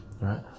right